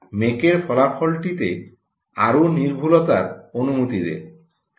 ম্যাকের ফলাফলটিতে আরও নির্ভুলতার অনুমতি দেয়